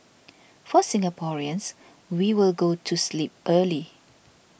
for Singaporeans we will go to sleep early